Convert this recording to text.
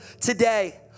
today